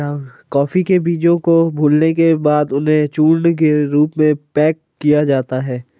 coffee के बीजों को भूलने के बाद उन्हें चूर्ण के रूप में पैक किया जाता है